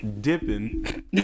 dipping